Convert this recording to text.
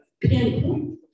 pinpoint